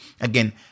again